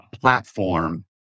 platform